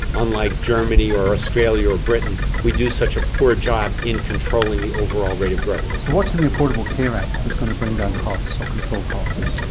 unlike germany or australia or britain, we do such a poor job in controlling the overall rate of growth. so what's in the affordable care act that's going to bring down costs or control costs?